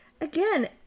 again